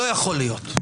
לא יכול להיות.